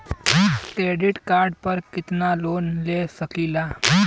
Credit card पर कितनालोन ले सकीला?